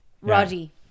roddy